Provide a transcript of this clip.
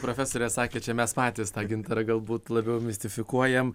profesorė sakė čia mes patys tą gintarą galbūt labiau mistifikuojam